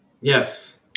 Yes